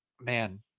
Man